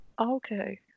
Okay